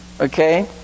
Okay